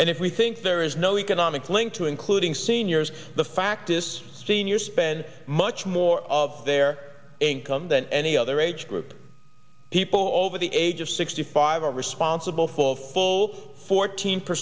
and if we think there is no economic link to including seniors the factis seniors spend much more of their income than any other age group people over the age of sixty five are responsible full of full fourteen per